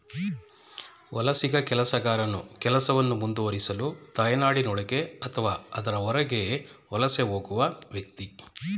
ವಲಸಿಗ ಕೆಲಸಗಾರನು ಕೆಲಸವನ್ನು ಮುಂದುವರಿಸಲು ತಾಯ್ನಾಡಿನೊಳಗೆ ಅಥವಾ ಅದರ ಹೊರಗೆ ವಲಸೆ ಹೋಗುವ ವ್ಯಕ್ತಿ